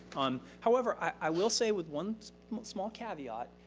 um however, i will say with one small caveat,